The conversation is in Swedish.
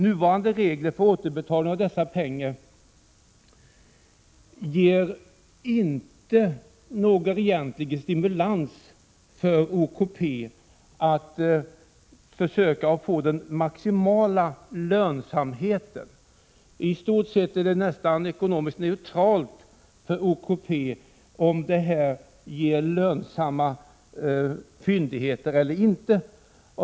Nuvarande regler för återbetalning av dessa pengar ger inte OKP någon egentlig stimulans att försöka nå maximal lönsamhet. I stort sett är det nästan ekonomiskt neutralt för OKP, om det blir lönsamma fyndigheter eller inte.